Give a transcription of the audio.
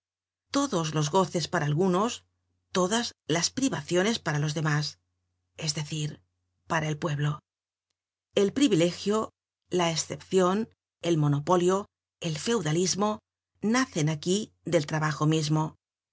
todos los goces para algunos todas las privaciones para los demás es decir para el pueblo el privilegio la escepcion el monopolio el feudalismo nacen aquí del trabajo mismo